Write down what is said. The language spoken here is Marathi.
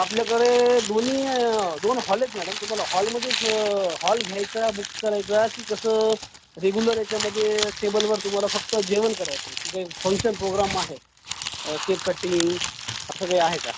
आपल्याकडे दोन्ही दोन हॉले आहेत मॅडम तुम्हाला हॉलमध्येच हॉल घ्यायचा बुक करायचा की कसं रेग्युलर याच्यामध्ये टेबलवर तुम्हाला फक्त जेवण करायचं की काय फंक्शन प्रोग्राम आहे केक कटिंग असं काही आहे का